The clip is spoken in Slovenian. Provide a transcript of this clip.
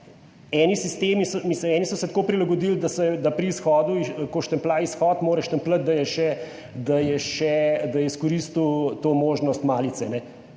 eni so se tako prilagodili, da se da pri izhodu, ko štamplja, izhod mora štampljati, da je izkoristil to možnost malice.